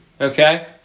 Okay